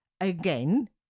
Again